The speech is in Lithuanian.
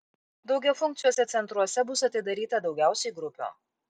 daugiafunkciuose centruose bus atidaryta daugiausiai grupių